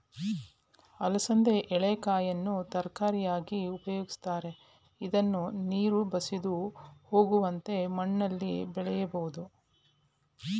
ಅಲಸಂದೆ ಎಳೆಕಾಯನ್ನು ತರಕಾರಿಯಾಗಿ ಉಪಯೋಗಿಸ್ತರೆ, ಇದ್ನ ನೀರು ಬಸಿದು ಹೋಗುವಂತ ಮಣ್ಣಲ್ಲಿ ಬೆಳಿಬೋದು